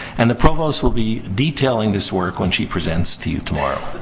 and the provost will be detailing this work when she presents to you tomorrow.